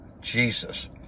Jesus